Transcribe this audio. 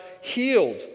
healed